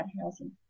housing